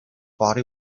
body